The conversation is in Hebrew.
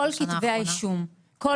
אנחנו מגישים כתבי אישום, לא תביעות.